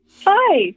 Hi